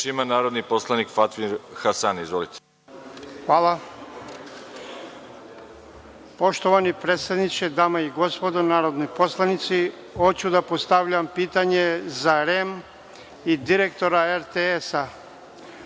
ima narodni poslanik Fatmir Hasani. Izvolite. **Fatmir Hasani** Hvala. Poštovani predsedniče, dame i gospodo narodni poslanici hoću da postavim pitanje za REM i direktora RTS.